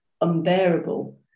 unbearable